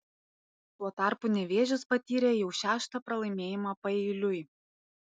tuo tarpu nevėžis patyrė jau šeštą pralaimėjimą paeiliui